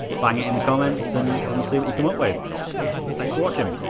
bang in the comments and and we'll see what you come up with thanks for watching.